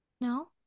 no